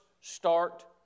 start